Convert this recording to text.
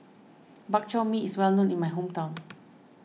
Bak Chor Mee is well known in my hometown